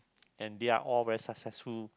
and they are all very successful